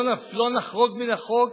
לא נחרוג מן החוק